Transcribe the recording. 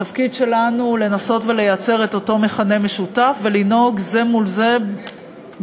התפקיד שלנו לנסות לייצר את אותו מכנה משותף ולנהוג זה מול זה בכבוד.